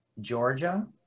Georgia